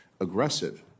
aggressive